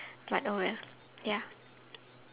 but oh well yeah